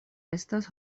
estas